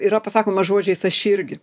yra pasakoma žodžiais aš irgi